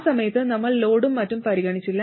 ആ സമയത്ത് നമ്മൾ ലോഡും മറ്റും പരിഗണിച്ചില്ല